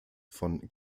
von